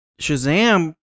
Shazam